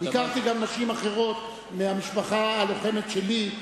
הכרתי גם נשים אחרות, מהמשפחה הלוחמת שלי.